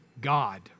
God